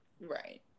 right